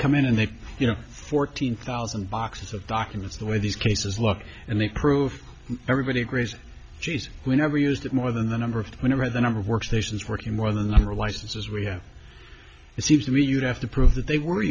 come in and they you know fourteen thousand boxes of documents the way these cases look and they prove everybody agrees geez we never used more than the number of whenever the number of workstations working more than the licenses we have it seems to me you'd have to prove that they were